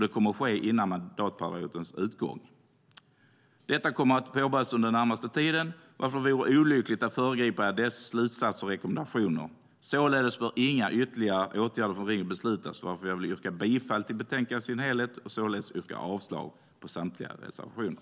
Det kommer att ske innan mandatperiodens utgång. Detta arbete kommer att påbörjas under den närmaste tiden, varför det vore olyckligt att föregripa dess slutsatser och rekommendationer. Således bör inga ytterligare åtgärder från riksdagen beslutas. Därför vill jag yrka bifall till förslaget i betänkandet i dess helhet och avslag på samtliga reservationer.